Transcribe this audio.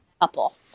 couple